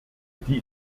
die